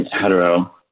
hetero